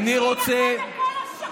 להילחם בכל השקרנים,